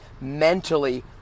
mentally